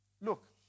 look